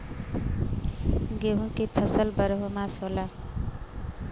गेहूं की फसल बरहो मास होला